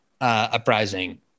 uprising